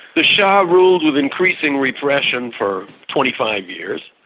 the shah ruled with increasing repression for twenty five years,